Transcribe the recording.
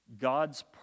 God's